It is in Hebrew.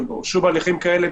ושנקבל תשובות על זה,